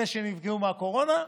אלה שנפגעו מהקורונה,